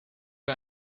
wir